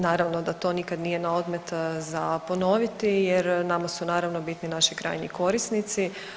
Naravno da to nikad nije na odmet za ponoviti jer nama su naravno bitni naši krajnji korisnici.